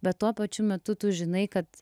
bet tuo pačiu metu tu žinai kad